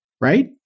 right